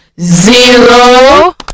Zero